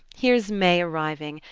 here's may arriving,